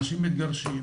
אנשים מתגרשים,